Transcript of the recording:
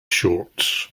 shorts